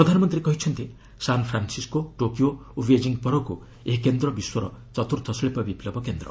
ପ୍ରଧାନମନ୍ତ୍ରୀ କହିଛନ୍ତି San Francisco Tokyo ଓ ବେଜିଂ ପରକୁ ଏହି କେନ୍ଦ୍ର ବିଶ୍ୱର ଚତ୍ର୍ଥ ଶିଳ୍ପ ବିପ୍ଲବ କେନ୍ଦ୍ର